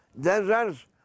deserts